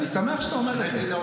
אני שמח שאתה אומר את זה,